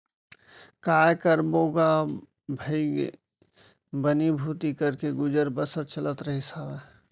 काय करबो गा भइगे बनी भूथी करके गुजर बसर चलत रहिस हावय